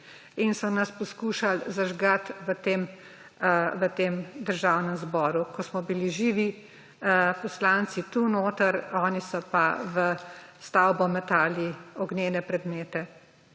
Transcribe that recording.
in so nas poskušali zažgati v Državnem zboru, ko smo bili živi poslanci tukaj notri, oni so pa v stavbo metali ognjene predmete.